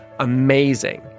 Amazing